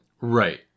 Right